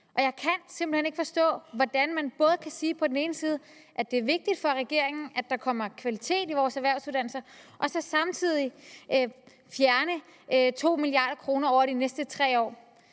og jeg kan simpelt hen ikke forstå, hvordan man på den ene side kan sige, at det er vigtigt for regeringen, at der kommer kvalitet i vores erhvervsuddannelser, og på den anden side fjerne 2 mia. kr. over de næste 3 år.